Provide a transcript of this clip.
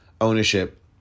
ownership